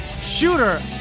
shooter